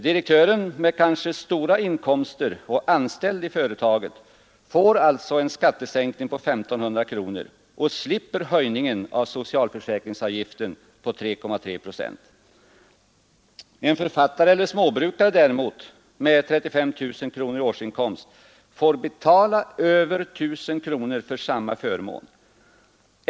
Direktören med kanske stora inkomster och anställning i företaget får alltså en skattesänkning på 1 500 kronor och höjningen av socialförsäkringsavgiften på 3,3 procent. En författare eller småbrukare däremot med t.ex. 35 000 kronor i årsinkomst får betala över 1 000 kronor för samma förmån.